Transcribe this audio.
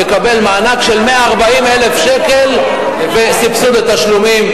יקבל מענק של 140,000 שקל וסבסוד התשלומים.